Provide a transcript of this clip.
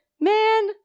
man